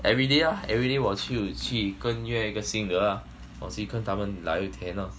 everyday ah everyday 我就去跟约一个新的 ah 找谁跟他们有来的甜 ah